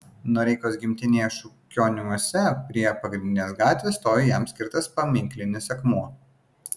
noreikos gimtinėje šukioniuose prie pagrindinės gatvės stovi jam skirtas paminklinis akmuo